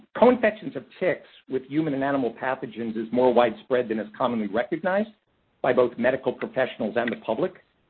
co-infections of ticks with human and animal pathogens is more widespread than is commonly recognized by both medical professionals and the public.